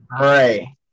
Right